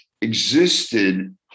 existed